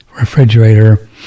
refrigerator